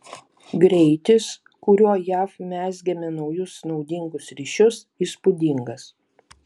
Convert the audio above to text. greitis kuriuo jav mezgėme naujus naudingus ryšius įspūdingas